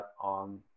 on